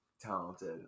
talented